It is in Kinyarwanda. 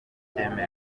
cyemejwe